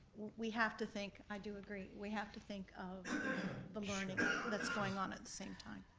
we have to think, i do agree, we have to think of the learning that's going on at the same time,